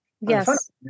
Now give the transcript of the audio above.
Yes